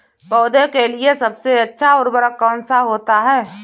पौधे के लिए सबसे अच्छा उर्वरक कौन सा होता है?